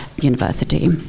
University